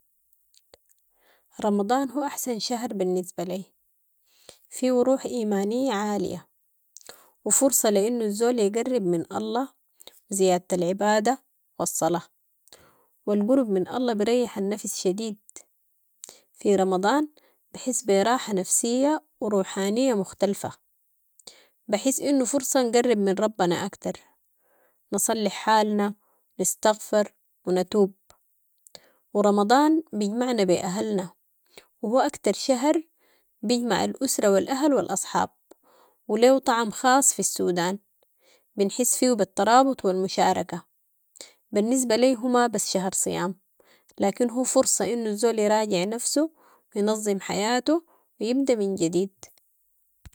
رمضان هو احسن شهر بالنسبة لي، فيهو روح إيمانية عالية و فرصة لي انو الزول يقرب من الله و زيادة العبادة و الصلاة و القرب من الله بريح النفس شديد، في رمضان بحس براحة نفسية و روحانية مختلفة، بحس انو فرصة نقرب من ربنا اكتر، نصلح حالنا، نستغفر و نتوب و رمضان بيجمعنا بي اهلنا و هو اكتر شهر بيجمع الاسره و الاهل و الاصحاب و ليهو طعم خاص في السودان، بنحس فيهو بالترابط و المشاركة، بالنسبة لي هو ما بس شهر صيام، لكن هو فرصة انو الزول يراجع نفسو و ينظم حياتو و يبدا من جديد.